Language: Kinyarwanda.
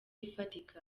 ifatika